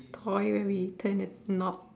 toy where we turn the knob